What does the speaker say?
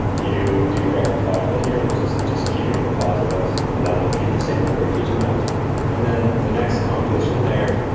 you do rectified which is just keeping the positives and that will keep the same number of feature maps and then the next convolution layer,